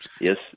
Yes